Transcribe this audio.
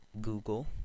Google